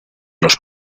los